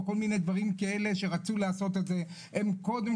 או כל מיני דברים כאלה שרצו לעשות את זה הם קודם